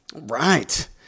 Right